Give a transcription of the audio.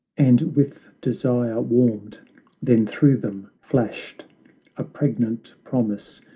and with desire warmed then through them flashed a pregnant promise,